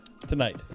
tonight